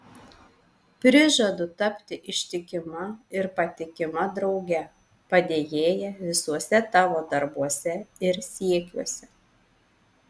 prižadu tapti ištikima ir patikima drauge padėjėja visuose tavo darbuose ir siekiuose